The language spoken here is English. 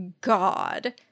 God